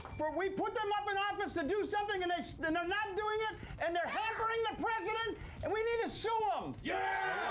for we put them up in office to do something and so they're not doing it and they're hampering the president and we need to sue um yeah